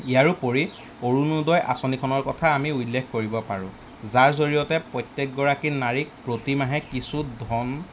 ইয়াৰোপৰি অৰুণোদয় আঁচনিখনৰ কথা আমি উল্লেখ কৰিব পাৰোঁ যাৰ জৰিয়তে প্ৰত্যেকগৰাকী নাৰীক প্ৰতিমাহে কিছু ধন